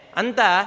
anta